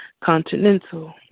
Continental